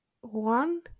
one